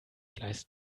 gleis